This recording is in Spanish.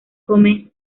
comes